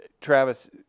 Travis